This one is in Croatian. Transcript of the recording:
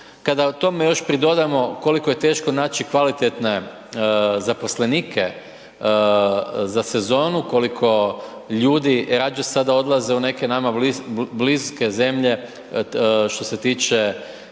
Kada tome još pridodamo koliko je teško naći kvalitetne zaposlenike za sezonu, koliko ljudi rađe sada odlaze u neke nama bliske zemlje što se tiče